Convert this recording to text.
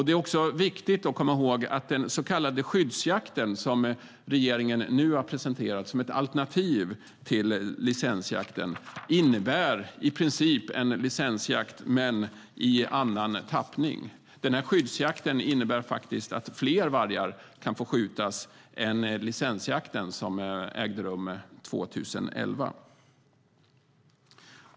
Det är också viktigt att komma ihåg att den så kallade skyddsjakten, som regeringen nu har presenterat som ett alternativ till licensjakten, innebär i princip en licensjakt men i annan tappning. Skyddsjakten innebär faktiskt att det kan få skjutas fler vargar än vad som sköts under licensjakten som ägde rum 2011.